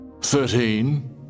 Thirteen